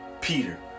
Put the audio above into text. Peter